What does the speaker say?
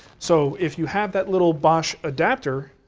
so, if you have that little bosch adapter,